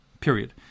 period